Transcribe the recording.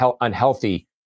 Unhealthy